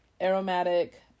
aromatic